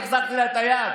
והחזקתי לה את היד,